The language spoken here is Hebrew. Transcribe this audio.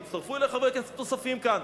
והצטרפו אלי חברי כנסת נוספים כאן,